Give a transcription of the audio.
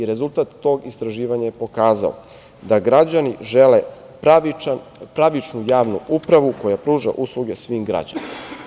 Rezultat tog istraživanja je pokazao da građani žele pravičnu javnu upravu koja pruža usluge svim građanima.